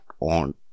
On